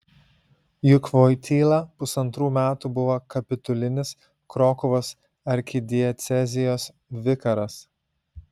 juk voityla pusantrų metų buvo kapitulinis krokuvos arkidiecezijos vikaras